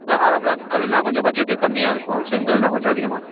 இல்லை hollow block கல்லுனால் கொஞ்சம் பட்ஜெட்டு கம்மியாக இருக்கும் செங்கல்னால் கொஞ்சம் அதிகமாக இருக்